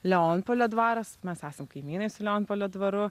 leonpolio dvaras mes esam kaimynai su leonpolio dvaru